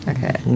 Okay